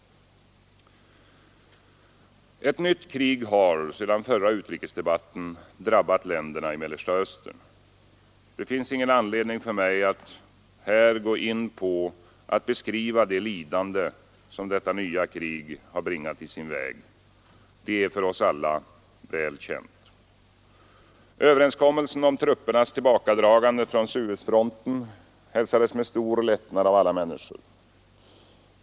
Ett nytt krig har sedan den förra utrikesdebatten drabbat länderna i Mellersta Östern. Det finns ingen anledning för mig att här gå in på att beskriva det lidande som detta nya krig har bringat i sin väg — det är för oss alla väl känt. Överenskommelsen om truppernas tillbakadragande från Suezfronten hälsades med stor lättnad av alla människor.